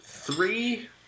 three